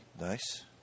Nice